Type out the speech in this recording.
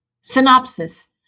Synopsis